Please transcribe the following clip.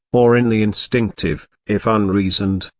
or in the instinctive, if unreasoned,